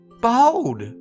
behold